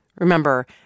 Remember